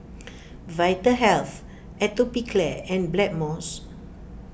Vitahealth Atopiclair and Blackmores